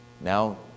now